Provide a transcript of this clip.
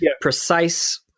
precise